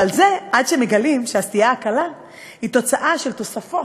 אבל זה עד שמגלים שהסטייה הקלה היא תוצאה של תוספות,